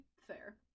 fair